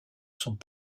sont